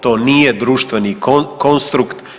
To nije društveni konstrukt.